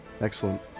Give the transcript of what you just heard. Excellent